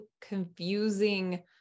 confusing